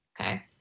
Okay